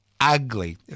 ugly